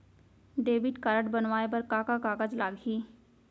Debit card बनवाये बर का का कागज लागही?